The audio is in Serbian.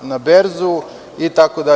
na berzu itd.